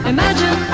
Imagine